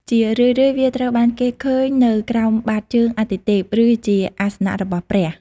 ជារឿយៗវាត្រូវបានគេឃើញនៅក្រោមបាតជើងអាទិទេព ឬជាអាសនៈរបស់ព្រះ។